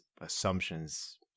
assumptions